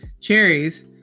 cherries